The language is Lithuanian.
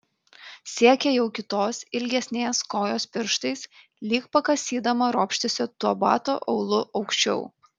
siekė jau kitos ilgesnės kojos pirštais lyg pakasydama ropštėsi tuo bato aulu aukščiau